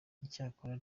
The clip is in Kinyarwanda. icyakora